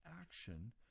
action